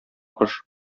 кош